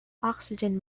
oxygen